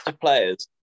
players